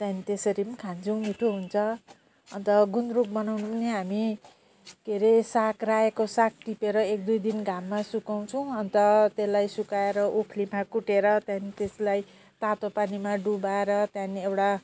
त्यहाँदेखि त्यसरी पनि खान्छौँ मिठो हुन्छ अन्त गुन्द्रुक बनाउनु नि हामी के अरे साग रायाको साग टिपेर एक दुई दिन घाममा सुकाउँछौँ अन्त त्यसलाई सुकाएर ओखलीमा कुटेर त्यहाँदेखि त्यसलाई तातो पानीमा डुबाएर त्यहाँदेखि एउटा